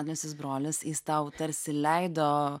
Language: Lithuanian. jaunasis brolis jis tau tarsi leido